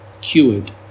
cured